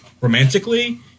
romantically